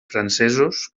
francesos